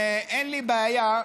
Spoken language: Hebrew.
שאין לי בעיה,